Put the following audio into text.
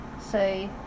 say